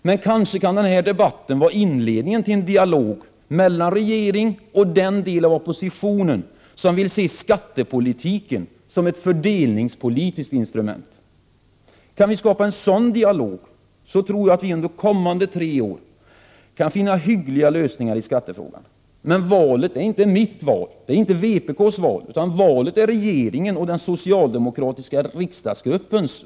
Men kanske kan denna debatt vara inledningen till en dialog mellan regeringen och den del av oppositionen som vill se skattepolitiken som ett fördelningspolitiskt instrument. Kan vi skapa en sådan dialog tror jag att vi under kommande tre år kan finna hyggliga lösningar i skattefrågan. Men valet är inte mitt eller vpk:s; valet är regeringens och den socialdemokratiska riksdagsgruppens.